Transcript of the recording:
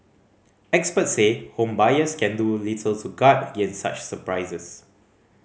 experts say home buyers can do little to guard against such surprises